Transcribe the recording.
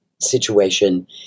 situation